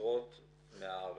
ועשרות מהארץ,